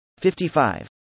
55